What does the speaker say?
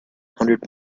hundred